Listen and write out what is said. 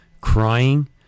Crying